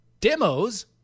Demos